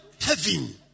heaven